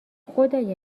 خدای